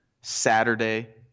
Saturday